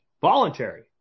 voluntary